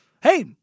Hey